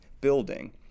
building